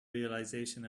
realization